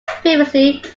previously